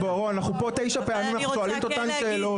אנחנו פה תשע פעמים, שואלים אותן שאלות.